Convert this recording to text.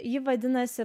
ji vadinasi